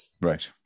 Right